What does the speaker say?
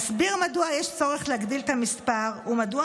אסביר מדוע יש צורך להגדיל את המספר ומדוע